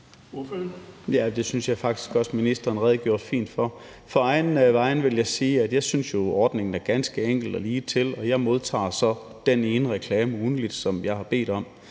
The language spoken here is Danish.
det synes jeg faktisk også ministeren redegjorde fint for. På egne vegne vil jeg sige, at jeg synes, ordningen er ganske enkel og ligetil, og jeg modtager så den ene reklame ugentligt, som jeg har bedt om,